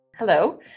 Hello